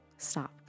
stop